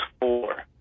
four